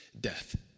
death